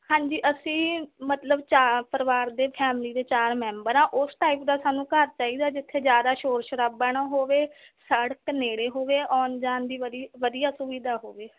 ਹਾਂਜੀ ਅਸੀਂ ਮਤਲਬ ਚਾਰ ਪਰਿਵਾਰ ਦੇ ਫੈਮਿਲੀ ਦੇ ਚਾਰ ਮੈਂਬਰ ਹਾਂ ਉਸ ਟਾਈਪ ਦਾ ਸਾਨੂੰ ਘਰ ਚਾਹੀਦਾ ਜਿੱਥੇ ਜ਼ਿਆਦਾ ਸ਼ੋਰ ਸ਼ਰਾਬਾ ਨਾ ਹੋਵੇ ਸੜਕ ਨੇੜੇ ਹੋਵੇ ਆਉਣ ਜਾਣ ਦੀ ਵਧੀ ਵਧੀਆ ਸੁਵਿਧਾ ਹੋਵੇ